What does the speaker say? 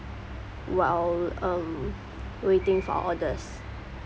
while um waiting for orders